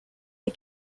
ces